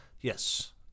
Yes